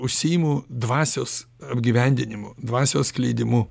užsiimu dvasios apgyvendinimu dvasios skleidimu